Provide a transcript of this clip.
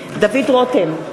דוד רותם,